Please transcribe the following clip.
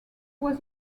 was